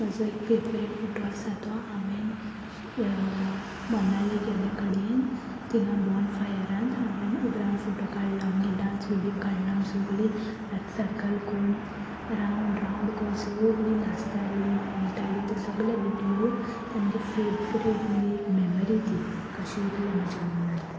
म्हजो एक favourite photo आसा तो हांवें मनाली गेल्ले कडेन तिंगा बर्न फायरांत हांवें उबो रावन फोटो काडलो म्हजो डांस विडियो काडलो आमी सगलीं सर्कल करून राउंड राउंड करून सगलीं नाचतालीं खेळटालीं ते सगले विडियो ते मुगे फेवरेट म्हुगे एक मेमोरी ती कशी उरल्या म्हज्या मनांत